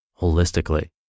holistically